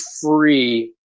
free